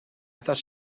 thought